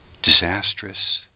disastrous